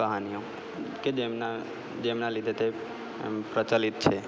કહાનીઓ કે જેમના જેમના લીધે તે એમ પ્રચલિત છે